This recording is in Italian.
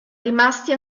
rimasti